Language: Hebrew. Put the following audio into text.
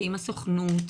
ועם הסוכנות.